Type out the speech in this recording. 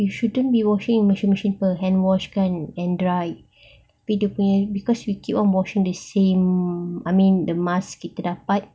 you shouldn't be washing in washing machine hand wash and and dry because you keep washing the same I mean the mask kita dapat